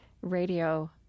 radio